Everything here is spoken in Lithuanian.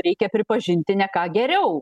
reikia pripažinti ne ką geriau